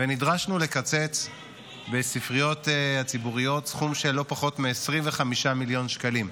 ונדרשנו לקצץ בספריות הציבוריות סכום של לא פחות מ-25 מיליון שקלים.